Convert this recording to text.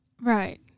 Right